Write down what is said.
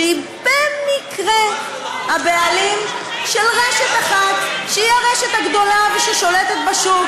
שהיא במקרה הבעלים של רשת אחת שהיא הרשת הגדולה וששולטת בשוק.